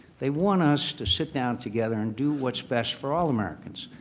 they want us to sit down together and do what's best for all americans,